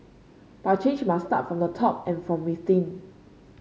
but change must start from the top and from within